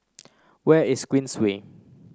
where is Queensway